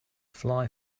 fly